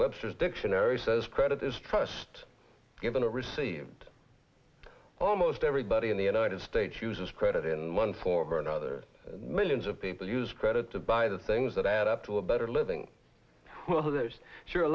webster's dictionary says credit is trust given or received almost everybody in the united states uses credit in one form or another millions of people use credit to buy the things that add up to a better living so there's sure a